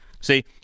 see